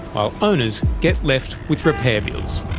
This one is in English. while owners get left with repair bills.